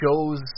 shows